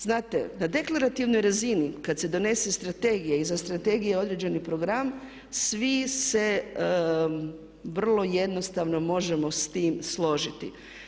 Znate na deklarativnoj razini kada se donese strategija i iza strategije određeni program svi se vrlo jednostavno možemo sa time složiti.